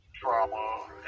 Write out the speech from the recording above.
trauma